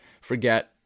forget